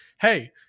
hey